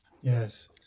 yes